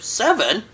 seven